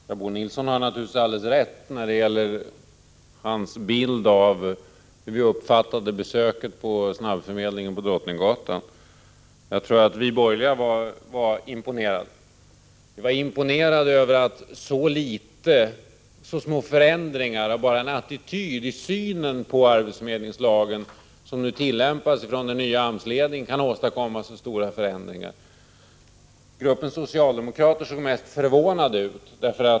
Herr talman! Bo Nilsson har naturligtvis helt rätt när det gäller hans bild av hur vi uppfattade besöket på snabbförmedlingen på Drottninggatan. Jag tror att vi borgerliga var imponerade. Vi var imponerade över att så små förändringar av bara en attityd i synen på arbetsförmedlingslagen som nu tillämpas från den nya AMS-ledningen kan åstadkomma så stora förändringar. Gruppen socialdemokrater såg mest förvånade ut.